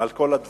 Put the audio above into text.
על כל הדברים.